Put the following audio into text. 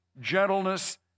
gentleness